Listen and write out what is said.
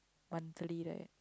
monthly right